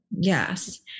Yes